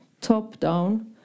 top-down